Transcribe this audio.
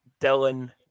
Dylan